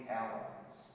allies